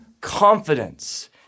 confidence